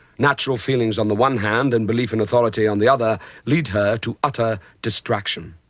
natural feelings on the one hand and belief in authority on the other lead her to utter destruction.